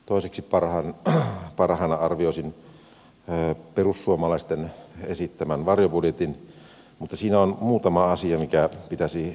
toiseksi parhaaksi arvioisin perussuomalaisten esittämän varjobudjetin mutta siinä on muutama asia mikä pitäisi selvittää